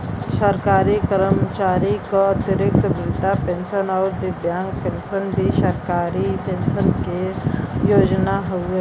सरकारी कर्मचारी क अतिरिक्त वृद्धा पेंशन आउर दिव्यांग पेंशन भी सरकारी पेंशन क योजना हउवे